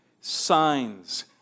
signs